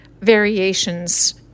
Variations